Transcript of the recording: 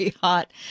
hot